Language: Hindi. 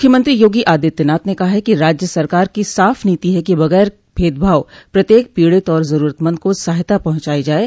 मुख्यमंत्री योगी आदित्यनाथ ने कहा है कि राज्य सरकार की साफ नीति है कि बग़ैर भेदभाव प्रत्येक पीड़ित और ज़रूरतमंद को सहायता पहुंचाई जाये